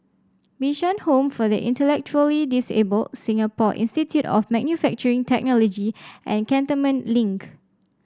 Bishan Home for the Intellectually Disabled Singapore Institute of Manufacturing Technology and Cantonment Link